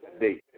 date